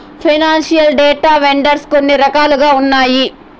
financial data vendors కొన్ని రకాలుగా ఉన్నాయి